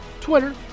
Twitter